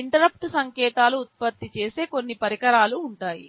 interrupt సంకేతాలను ఉత్పత్తి చేసే కొన్ని పరికరాలు ఉంటాయి